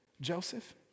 Joseph